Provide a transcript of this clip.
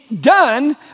done